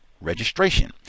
registration